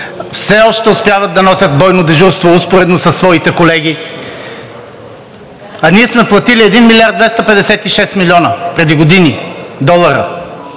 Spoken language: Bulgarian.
все още успяват да носят бойно дежурство успоредно със своите колеги. А ние сме платили 1 млрд. 256 млн. долара преди години и